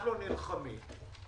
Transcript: אנחנו נלחמים.